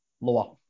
Lower